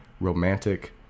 romantic